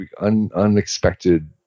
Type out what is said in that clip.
unexpected